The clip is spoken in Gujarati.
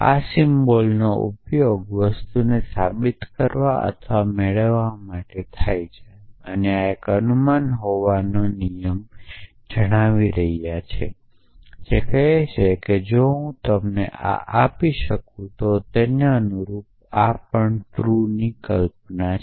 આ સિમ્બલ્સનો ઉપયોગ વસ્તુને સાબિત કરવા અથવા મેળવવા માટે થાય છે અને આ એક ઇન્ફરર્ન્સનો નિયમ જણાવી રહ્યો છે જે કહે છે કે જો હું તમને આ આપી શકું તો તેને અનુરૂપ આ પણ ટ્રૂ છે